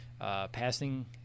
passing